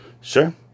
Sure